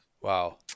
wow